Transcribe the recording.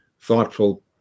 Thoughtful